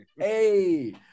hey